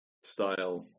style